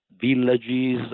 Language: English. villages